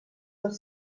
del